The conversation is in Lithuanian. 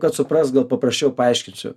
kad suprast gal paprasčiau paaiškinsiu